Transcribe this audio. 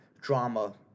drama